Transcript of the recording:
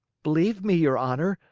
believe me, your honor,